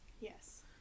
Yes